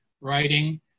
writing